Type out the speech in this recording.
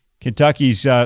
Kentucky's –